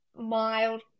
mild